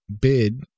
bid